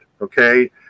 okay